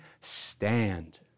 stand